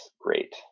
great